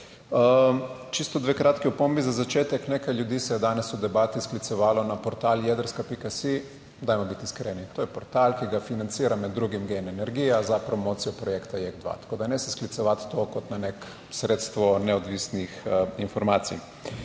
Čisto dve kratki opombi za začetek. Nekaj ljudi se je danes v debati sklicevalo na portal Jedrska.si. Dajmo biti iskreni, to je portal, ki ga financira med drugim GEN energija za promocijo projekta JEK2. Tako da ne se sklicevati to kot na neko sredstvo neodvisnih informacij.